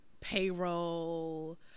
payroll